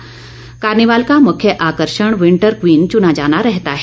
winter carnival का मुख्य आकर्षण विंटर क्वीन चुना जाना रहता है